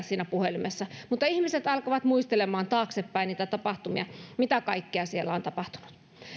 siinä puhelimessa ihmiset alkavat muistelemaan taaksepäin niitä tapahtumia mitä kaikkea siellä on tapahtunut